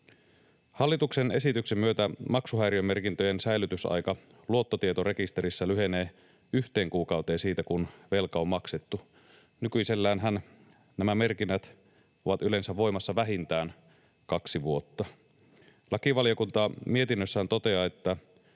Hallituksen esityksen myötä maksuhäiriömerkintöjen säilytysaika luottotietorekisterissä lyhenee yhteen kuukauteen siitä, kun velka on maksettu. Nykyiselläänhän nämä merkinnät ovat yleensä voimassa vähintään kaksi vuotta. Lakivaliokunta mietinnössään toteaa, että